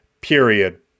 period